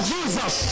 Jesus